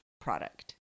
product